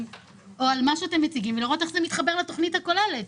אני רוצה לראות איך זה מתחבר לתכנית הכוללת.